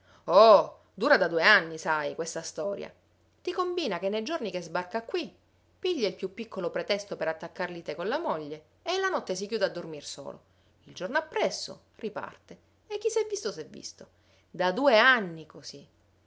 oh dura da due anni sai questa storia ti combina che nei giorni che sbarca qui piglia il più piccolo pretesto per attaccar lite con la moglie e la notte si chiude a dormir solo il giorno appresso riparte e chi s'è visto s'è visto da due anni così